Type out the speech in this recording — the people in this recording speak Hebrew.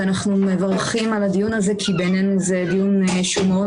אנחנו מברכים את הדיון הזה כי בעינינו זה דיון שהוא מאוד